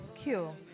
skill